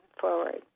forward